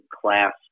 class